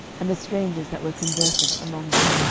and the strangers that were conversant among them.